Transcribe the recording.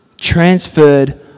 transferred